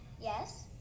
Yes